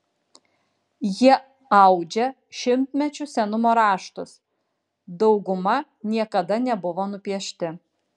jie audžia šimtmečių senumo raštus dauguma niekada nebuvo nupiešti